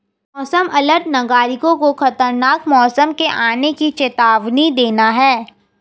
मौसम अलर्ट नागरिकों को खतरनाक मौसम के आने की चेतावनी देना है